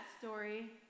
story